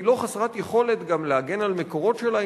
והיא לא חסרת יכולת גם להגן על המקורות שלה,